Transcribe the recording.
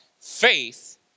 Faith